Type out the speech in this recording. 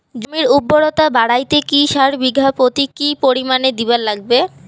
জমির উর্বরতা বাড়াইতে কি সার বিঘা প্রতি কি পরিমাণে দিবার লাগবে?